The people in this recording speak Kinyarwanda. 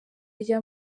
rya